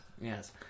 Yes